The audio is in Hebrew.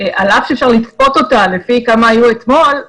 על אף שאפשר לצפות אותה לפי כמה היו אתמול,